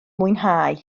mwynhau